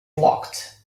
blocked